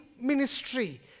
ministry